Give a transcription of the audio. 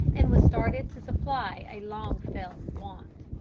and was started to supply a long-felt want.